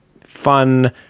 fun